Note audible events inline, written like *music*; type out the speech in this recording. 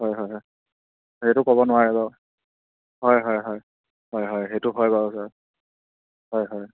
হয় হয় হয় সেইটো ক'ব নোৱাৰে বাৰু হয় হয় হয় হয় হয় সেইটো হয় বাৰু *unintelligible* হয় হয়